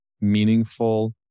meaningful